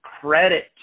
credit